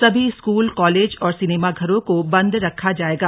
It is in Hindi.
सभी स्कूल कॉलेज और सिनेमाघरों को बन्द रखा जाएगा